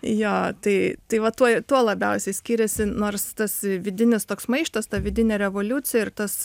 jo tai tai va tuoj tuo labiausiai skiriasi nors tas vidinis toks maištas ta vidinė revoliucija ir tas